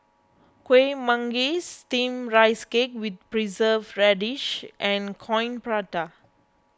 Kuih Manggis Steamed Rice Cake with Preserved Radish and Coin Prata